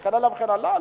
וכן הלאה וכן הלאה?